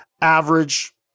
average